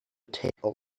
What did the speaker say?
take